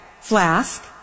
Flask